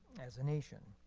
as a nation.